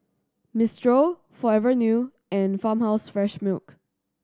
Mistral Forever New and Farmhouse Fresh Milk